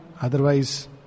Otherwise